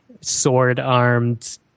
sword-armed